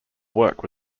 work